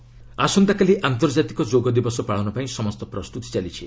ଯୋଗ day ଆସନ୍ତାକାଲି ଆନ୍ତର୍ଜାତିକ ଯୋଗ ଦିବସ ପାଳନ ପାଇଁ ସମସ୍ତ ପ୍ରସ୍ତୁତି ଚାଲିଛି